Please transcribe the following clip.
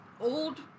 old